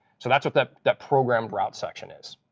so that's what that that programmed route section is.